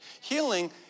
Healing